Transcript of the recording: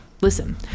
Listen